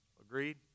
Agreed